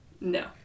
No